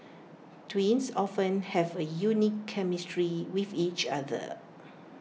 twins often have A unique chemistry with each other